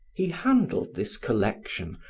he handled this collection,